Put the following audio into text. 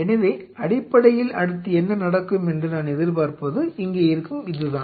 எனவே அடிப்படையில் அடுத்து என்ன நடக்கும் என்று நான் எதிர்பார்ப்பது இங்கே இருக்கும் இதுதான்